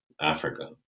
Africa